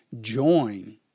join